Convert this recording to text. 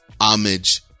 Homage